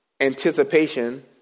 anticipation